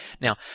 Now